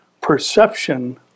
perception